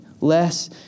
Less